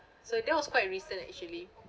so that was quite recent actually